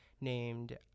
named